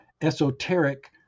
esoteric